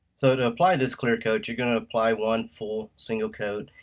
so to apply this clearcoat, you're gonna apply one full single coat.